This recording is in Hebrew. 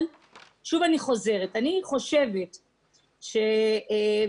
אני חוזרת שוב,